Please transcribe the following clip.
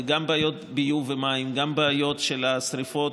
זה גם בעיות ביוב ומים וגם בעיות של שרפות.